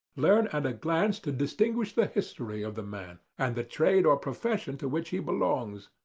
learn at a glance to distinguish the history of the man, and the trade or profession to which he belongs.